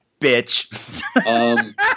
bitch